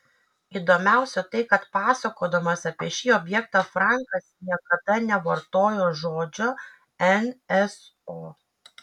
įdomiausia tai kad pasakodamas apie šį objektą frankas niekada nevartojo žodžio nso